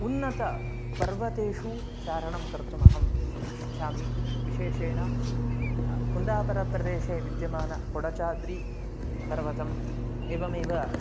उन्नतपर्वतेषु चारणं कर्तुमहम् इच्छामि विशेषेण कुन्दापरप्रदेशे विद्यमान कोडचाद्रिपर्वतम् एवमेव